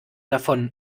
davon